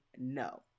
no